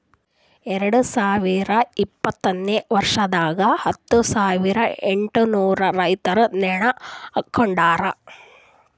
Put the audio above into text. ಎರಡು ಸಾವಿರ ಇಪ್ಪತ್ತನೆ ವರ್ಷದಾಗ್ ಹತ್ತು ಸಾವಿರ ಎಂಟನೂರು ರೈತುರ್ ನೇಣ ಹಾಕೊಂಡಾರ್